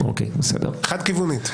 חד כיוונית.